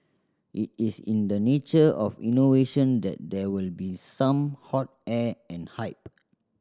it is in the nature of innovation that there will be some hot air and hype